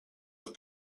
with